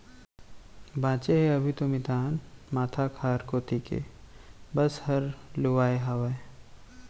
बांचे हे अभी तो मितान माथा खार कोती के बस हर लुवाय हावय